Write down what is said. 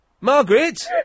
Margaret